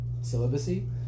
celibacy